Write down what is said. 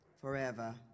forever